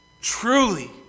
truly